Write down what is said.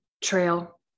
trail